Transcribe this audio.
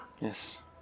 Yes